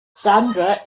sandra